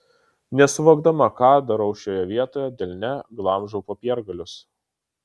nesuvokdama ką darau šioje vietoje delne glamžau popiergalius